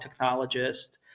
technologist